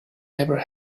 never